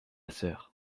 sœur